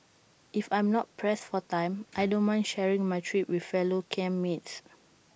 if I'm not pressed for time I don't mind sharing my trip with fellow camp mates